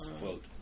Quote